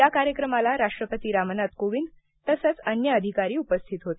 या कार्यक्रमाला राष्ट्रपती रामनाथ कोविंद तसंच अन्य अधिकारी उपस्थित होते